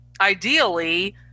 ideally